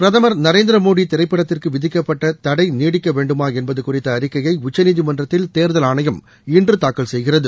பிரதமர் நரேந்திர மோடி என்ற திரைப்படத்திற்கு விதிக்கப்பட்ட தடை நீடிக்கவேண்டுமா என்பது குறித்த அறிக்கையை உச்சநீதிமன்றத்தில் தேர்தல் ஆணையம் இன்று தாக்கல் செய்கிறது